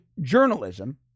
journalism